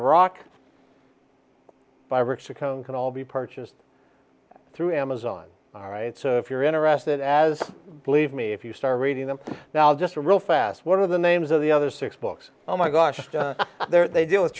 iraq by bricks or cone can all be purchased through amazon all right so if you're interested as believe me if you start reading them now just real fast one of the names of the other six books oh my gosh there they d